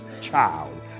child